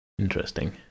interesting